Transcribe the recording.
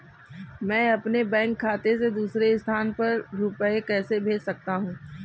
मैं अपने बैंक खाते से दूसरे स्थान पर रुपए कैसे भेज सकता हूँ?